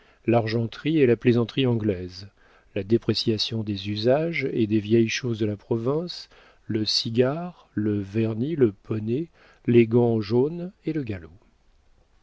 l'argenterie et la plaisanterie anglaises la dépréciation des usages et des vieilles choses de la province le cigare le vernis le poney les gants jaunes et le galop